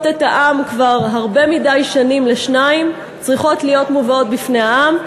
את העם לשני חלקים כבר הרבה מדי שנים צריכות להיות מובאות בפני העם,